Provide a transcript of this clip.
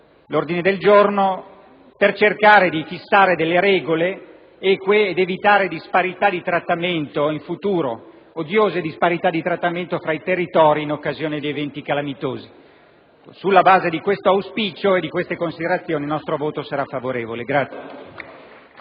all'ordine del giorno volto a cercare di fissare regole ed evitare disparità di trattamento in futuro - odiose disparità di trattamento - fra i territori in occasione di eventi calamitosi. Sulla base di questo auspicio e delle considerazioni svolte, il nostro voto sarà favorevole.